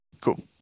Cool